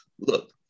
Look